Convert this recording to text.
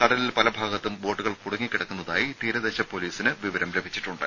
കടലിൽ പല ഭാഗത്തും ബോട്ടുകൾ കുടുങ്ങി കിടക്കുന്നതായി തീരദേശ പൊലീസിന് വിവരം ലഭിച്ചിട്ടുണ്ട്